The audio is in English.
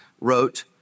wrote